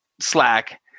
Slack